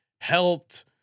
helped